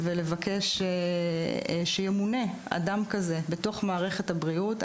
ולבקש שימונה אדם כזה במערכת הבריאות.